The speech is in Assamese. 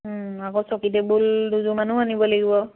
আকৌ চকী টেবুল দুযোৰমানো আনিব লাগিব